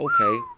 okay